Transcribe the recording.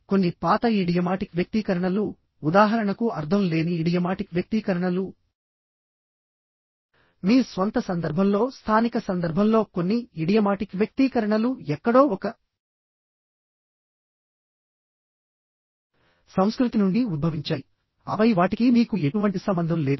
కాబట్టి కొన్ని పాత ఇడియమాటిక్ వ్యక్తీకరణలు ఉదాహరణకు అర్థం లేని ఇడియమాటిక్ వ్యక్తీకరణలు మీ స్వంత సందర్భంలో స్థానిక సందర్భంలో కొన్ని ఇడియమాటిక్ వ్యక్తీకరణలు ఎక్కడో ఒక సంస్కృతి నుండి ఉద్భవించాయి ఆపై వాటికి మీకు ఎటువంటి సంబంధం లేదు